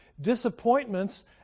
disappointments